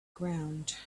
ground